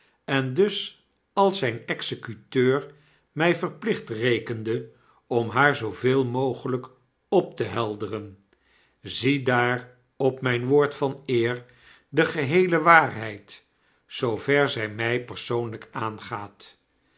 en dus als zyn executeur mij verplicht rekende om haar zooveel mogelijk op te helderen ziedaar op mijn woord van eer de geheele waarheid zoover zij mij persoonlijk aangaat